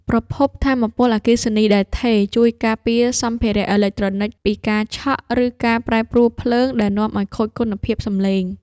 ប្រភពថាមពលអគ្គិសនីដែលថេរ ជួយការពារសម្ភារៈអេឡិចត្រូនិចពីការឆក់ ឬការប្រែប្រួលភ្លើងដែលនាំឱ្យខូចគុណភាពសំឡេង។